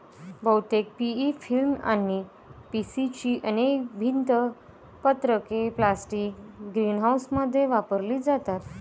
बहुतेक PE film किंवा PC ची अनेक भिंत पत्रके प्लास्टिक ग्रीनहाऊसमध्ये वापरली जातात